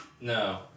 No